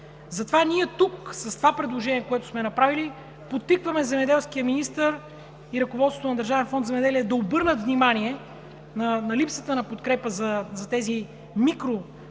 Затова ние тук с предложението, което сме направили, подтикваме земеделския министър и ръководството на Държавен фонд „Земеделие“ да обърнат внимание на липсата на подкрепа за тези